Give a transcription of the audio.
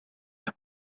las